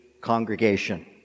congregation